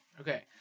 Okay